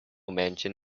mention